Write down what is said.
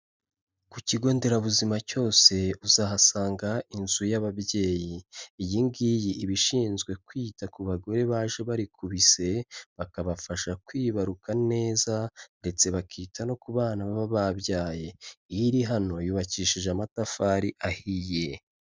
Ku kigo nderabuzima cyose uzahasanga inzu y'ababyeyi. Iyi ngiyi iba ishinzwe kwita ku bagore baje bari ku bise, bakabafasha kwibaruka neza ndetse bakita no ku bana baba babyaye. Iri hano yubakishije amatafari ahiye.